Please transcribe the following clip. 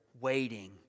waiting